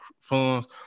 funds